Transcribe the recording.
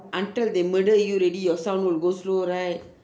until they murder you already your sound will go slow right